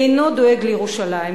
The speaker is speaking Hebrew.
אינו דואג לירושלים,